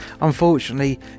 unfortunately